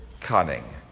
cunning